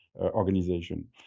Organization